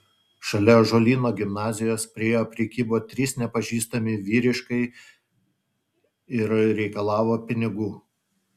šalia ąžuolyno gimnazijos prie jo prikibo trys nepažįstami vyriškai ir reikalavo pinigų